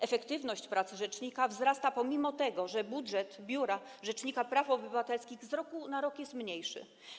Efektywność pracy rzecznika wzrasta, pomimo że budżet Biura Rzecznika Praw Obywatelskich z roku na rok jest mniejszy.